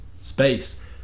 space